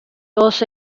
todos